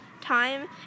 time